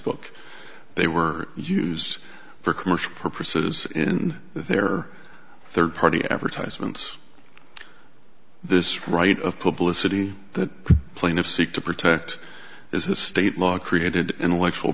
book they were used for commercial purposes in their third party advertisements this right of publicity that plaintiffs seek to protect is a state law created intellectual